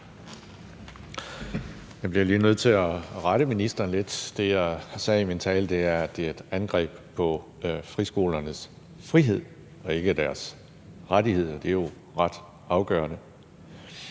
Jeg bliver nødt til lige at rette ministeren lidt. Jeg sagde i min tale, at det er et angreb på friskolernes frihed og ikke på deres rettigheder. Det er ret afgørende.